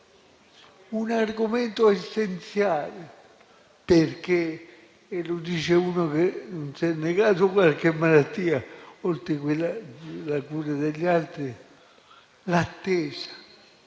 un argomento essenziale, perché - e lo dice uno che non si è negato qualche malattia, oltre alla cura degli altri - l'attesa